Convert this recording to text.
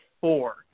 four